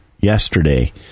yesterday